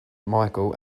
micheal